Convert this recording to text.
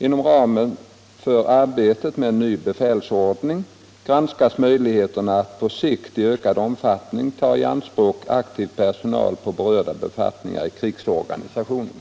Inom ramen för arbetet med en ny befälsordning granskas möjligheterna att på sikt i ökad omfattning ta i anspråk aktiv personal för berörda befattningar i krigsorganisationen.